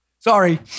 Sorry